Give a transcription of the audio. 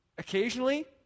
occasionally